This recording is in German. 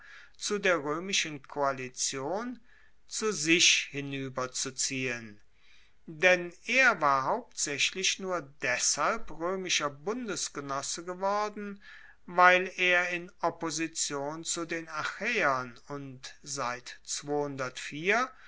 zu der roemischen koalition zu sich hinueberzuziehen denn er war hauptsaechlich nur deshalb roemischer bundesgenosse geworden weil er in opposition zu den achaeern und seit